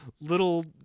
little